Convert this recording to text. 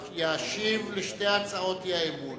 ישיב על שתי הצעות האי-אמון,